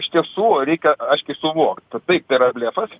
iš tiesų reikia aiškiai suvokt kad tai tėra blefas